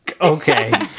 Okay